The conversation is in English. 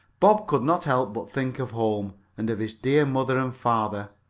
bob could not help but think of home, and of his dear mother and father.